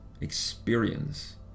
experience